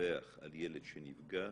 לדווח על ילד שנפגע